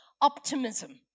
optimism